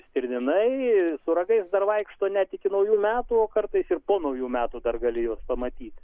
stirninai su ragais dar vaikšto net iki naujų metų o kartais ir po naujų metų dar gali juos pamatyti